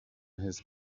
his